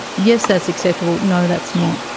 yes that's acceptable no, that's not?